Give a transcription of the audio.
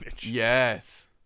Yes